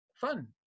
Fun